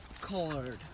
colored